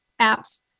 apps